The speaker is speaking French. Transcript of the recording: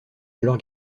alors